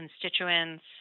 constituents